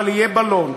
אבל יהיה בלון.